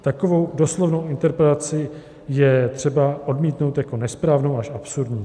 Takovou doslovnou interpretaci je třeba odmítnout jako nesprávnou až absurdní.